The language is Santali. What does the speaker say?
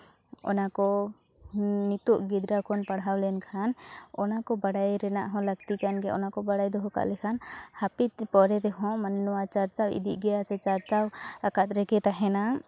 ᱚᱱᱟᱠᱚ ᱱᱤᱛᱳᱜ ᱜᱤᱫᱽᱨᱟᱹ ᱠᱷᱚᱱ ᱯᱟᱲᱦᱟᱣ ᱞᱮᱱᱠᱷᱟᱱ ᱚᱱᱟ ᱠᱚ ᱵᱟᱲᱟᱭ ᱨᱮᱱᱟᱜ ᱦᱚᱸ ᱞᱟᱹᱠᱛᱤ ᱠᱟᱱ ᱜᱮᱭᱟ ᱚᱱᱟ ᱠᱚ ᱵᱟᱲᱟᱭ ᱫᱚᱦᱚ ᱠᱟᱜ ᱞᱮᱠᱷᱟᱱ ᱦᱟᱯᱮᱱ ᱯᱚᱨᱮ ᱨᱮᱦᱚᱸ ᱢᱟᱱᱮ ᱱᱚᱣᱟ ᱪᱟᱨᱪᱟᱣ ᱤᱫᱤᱜ ᱜᱮᱭᱟ ᱥᱮ ᱪᱟᱨᱪᱟᱣ ᱟᱠᱟᱫ ᱨᱮᱜᱮ ᱛᱟᱦᱮᱱᱟ